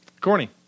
Corny